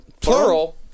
plural